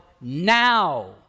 now